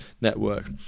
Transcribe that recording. network